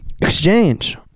exchange